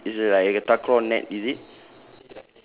you know it's a like a takraw net is it